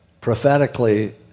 prophetically